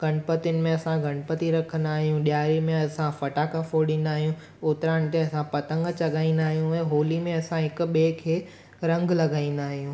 गणपतियुनि में असां गणपति रखंदा आहियूं ॾियारी में असां फ़टाका फोड़ींदा आहियूं उतराण ते असां पतंग चॻाईंदा आहियूं ऐं होली में असां हिकु ॿिए खे रंग लॻाईंदा आहियूं